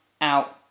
out